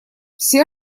все